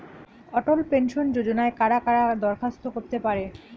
অটল pension যোজনায় কারা কারা দরখাস্ত করতে পারে?